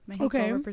Okay